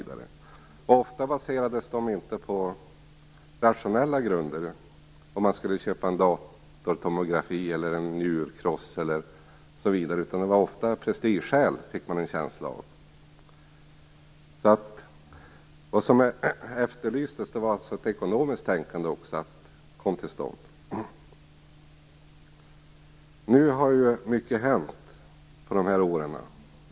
Det baserades inte alltid på rationella grunder om man skulle köpa en datortomografi eller en njurstenskross. Det var ofta prestigeskäl, fick man en känsla av. Det som efterlystes var att ett ekonomiskt tänkande kom till stånd. Det har hänt mycket under de här åren.